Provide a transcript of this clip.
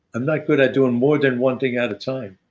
i'm not good at doing more than one thing at a time,